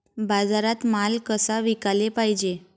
बाजारात माल कसा विकाले पायजे?